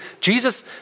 Jesus